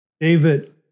David